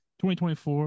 2024